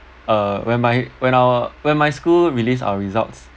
uh when my when our when my school released our results